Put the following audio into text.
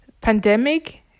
pandemic